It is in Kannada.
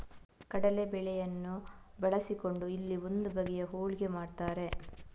ಕಡಲೇ ಬೇಳೆಯನ್ನ ಬಳಸಿಕೊಂಡು ಇಲ್ಲಿ ಒಂದು ಬಗೆಯ ಹೋಳಿಗೆ ಮಾಡ್ತಾರೆ